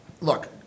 look